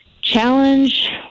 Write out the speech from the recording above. Challenge